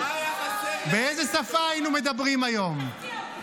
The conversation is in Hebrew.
תפתיע אותי.